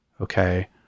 okay